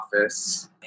office